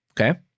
okay